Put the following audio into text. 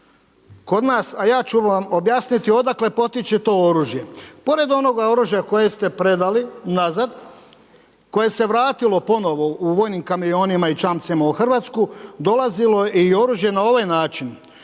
kod nas, a ja ću vam objasniti odakle potiče to oružje. Pored onoga oružja koje ste predali nazad koje se vratilo ponovo u vojnim kamionima i čamcima u Hrvatsku dolazilo je i oružje na ovaj način